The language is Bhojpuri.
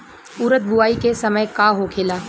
उरद बुआई के समय का होखेला?